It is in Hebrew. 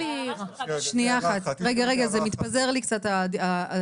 רגע, הדיון מתפזר לי קצת.